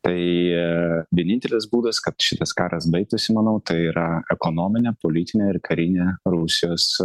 tai vienintelis būdas kad šitas karas baigtųsi manau tai yra ekonominė politinė ir karinė rusijos